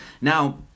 now